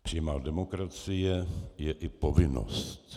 Přímá demokracie je i povinnost.